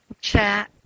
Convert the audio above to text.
chat